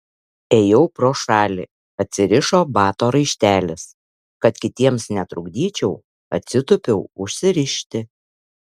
ėjau pro šalį atsirišo bato raištelis kad kitiems netrukdyčiau atsitūpiau užsirišti